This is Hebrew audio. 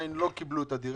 ועדיין לא קיבלו את הדירה.